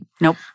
Nope